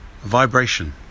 vibration